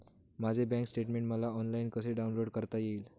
माझे bank statement मला online कसे डाउनलोड करता येईल?